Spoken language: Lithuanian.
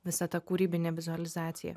visa ta kūrybinė vizualizacija